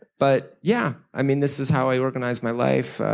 but yeah, i mean this is how i organize my life.